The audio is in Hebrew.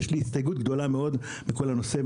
יש לי הסתייגות גדולה מאוד מכל הנושא,